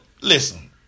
Listen